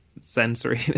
sensory